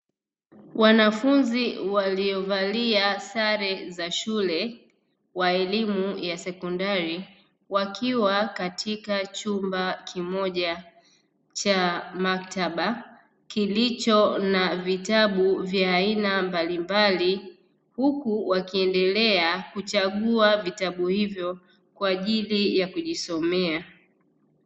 Wanafunzi waliovalia sare za shule wa elimu ya sekondari wakiwa katika chumba kimoja cha maktaba kilicho na vitabu vya aina mbalimbali huku wakiendelea kuchagua vitabu hivyo kwa ajili ya kujisomea.